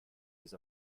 his